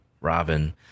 Robin